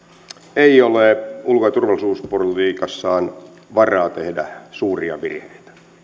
ei ole ulko ja turvallisuuspolitiikassaan varaa tehdä suuria virheitä